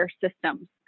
systems